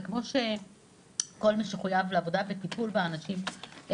זה כמו שכל מי שחויב לעבודה בטיפול באנשים או